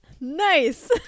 Nice